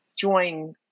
join